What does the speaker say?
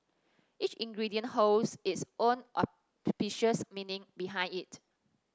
each ingredient holds its own auspicious meaning behind it